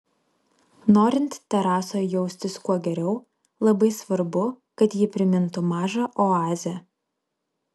norint terasoje jaustis kuo geriau labai svarbu kad ji primintų mažą oazę